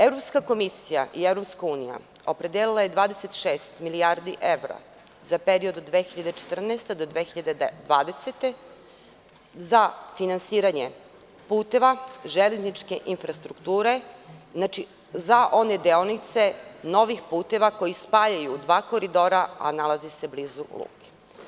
Evropska komisija i EU opredelila je 26 milijardi evra za period od 2014. do 2020. godine, za finansiranje puteva železničke infrastrukture, za one deonice novih puteva koji spajaju dva koridora a nalaze se blizu luke.